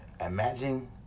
imagine